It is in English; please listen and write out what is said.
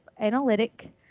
analytic